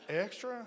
extra